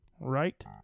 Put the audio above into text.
right